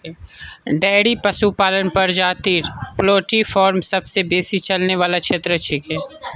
dairy पशुपालन प्रजातित poultry farm सबसे बेसी चलने वाला क्षेत्र छिके